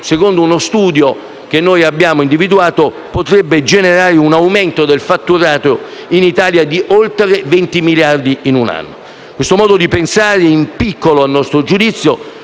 secondo uno studio che abbiamo individuato, potrebbe generare un aumento del fatturato in Italia di oltre venti miliardi in un anno. Il modo di pensare in piccolo - a nostro giudizio